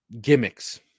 gimmicks